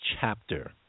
chapter